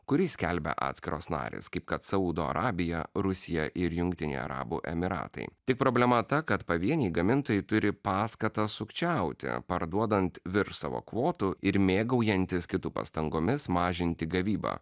kurį skelbia atskiros narės kaip kad saudo arabija rusija ir jungtiniai arabų emyratai tik problema ta kad pavieniai gamintojai turi paskatas sukčiauti parduodant virš savo kvotų ir mėgaujantis kitų pastangomis mažinti gavybą